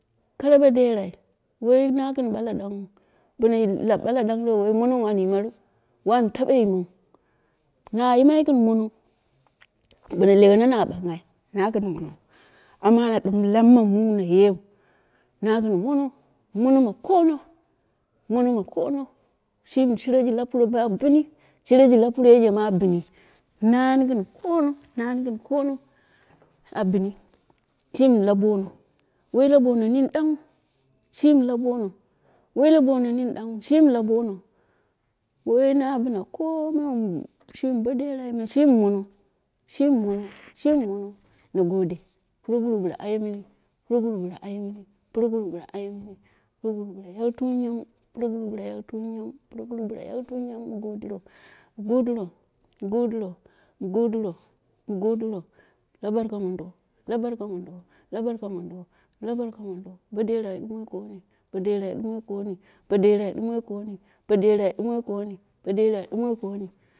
Kara bo derai, wai na gin bala damghu dim luu bala bumse wai monou am yimu ru, wani tabu yimuu, nu yimai gim mono, bilu ɓanu nu bulmui, nu gin mona amma na dim luneni ma mu nuye na yin mono mono wai kwai mono, ma kono, progurum a bini shire ji lapuro mu a bini nani gɨn kono, nani gɨn kono, a bini shini lu bon wai bo mini ɗanghu, shini la bono, wa la bono mini dunghu shimi la bono, wai na bina komiu, shimi bo derui me shin mono, shimin mono, shimi nono na gode, proguru bilu aye mini proguru bila aye mini, proguru bila ye mini proguru biyu yeti mini, bo ye kɨɨ wu, proguru bili yaiki mini, na godiro, go diro go diro mi godiro mu godiro la burka nondo la burka mondo la barka mondo, la barka mondo bo derai dumoi koni, bo derai dumai kumi, bo derai dumoi koni, bo derai doimoi koni bo derai ɗumoi koni